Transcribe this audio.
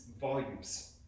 volumes